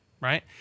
right